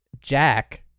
jack